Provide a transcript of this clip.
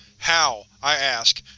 how, i asked,